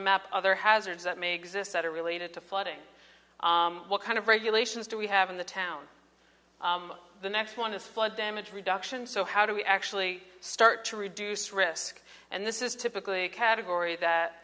to map other hazards that may exist that are related to flooding what kind of regulations do we have in the town the next one is flood damage reduction so how do we actually start to reduce risk and this is typically a category that